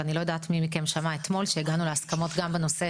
ואני לא יודעת מי מכם שמע אתמול שהגענו להסכמות גם בנושא